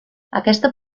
aquesta